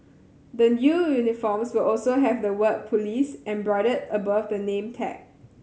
the new uniforms will also have the word police embroidered above the name tag